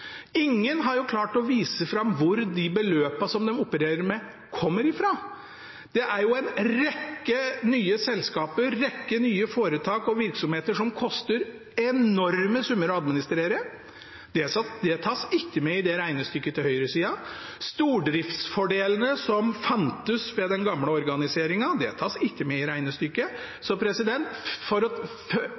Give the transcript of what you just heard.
Ingen har klart å vise fram hvor de beløpene som en opererer med, kommer fra. Det er en rekke nye selskaper, foretak og virksomheter som koster enorme summer å administrere, og det tas ikke med i regnestykket til høyresida. Stordriftsfordelene som fantes ved den gamle organiseringen, tas heller ikke med i regnestykket. Så